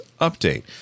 update